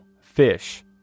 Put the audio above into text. fish